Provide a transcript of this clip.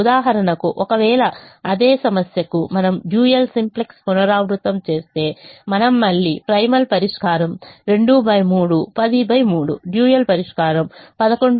ఉదాహరణకు ఒకవేళ అదే సమస్యకు మనము డ్యూయల్ సింప్లెక్స్ పునరావృతం చేస్తే మనము మళ్లీ ప్రైమల్ పరిష్కారం 23 103 డ్యూయల్ పరిష్కారం 113 2 3